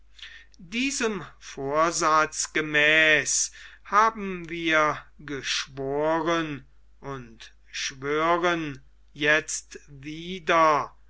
diesem vorsatz gemäß haben wir geschworen und schwören jetzt wieder